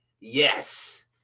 Yes